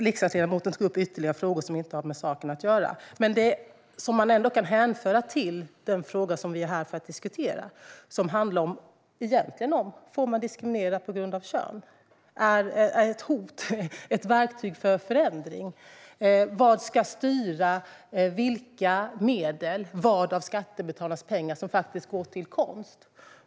Riksdagsledamoten tog upp ytterligare frågor som inte har med saken att göra men som man ändå kan hänföra till den fråga vi är här för att diskutera. Den handlar egentligen om huruvida man får diskriminera på grund av kön. Är ett hot ett verktyg för förändring? Vad ska styra vilka medel - vad av skattebetalarnas pengar - som faktiskt går till konst?